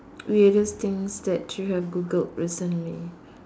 weirdest things that you have Googled recently